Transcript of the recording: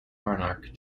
monarch